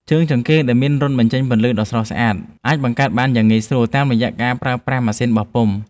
ជើងចង្កៀងដែលមានរន្ធបញ្ចេញពន្លឺដ៏ស្រស់ស្អាតអាចបង្កើតបានយ៉ាងងាយស្រួលតាមរយៈការប្រើប្រាស់ម៉ាស៊ីនបោះពុម្ព។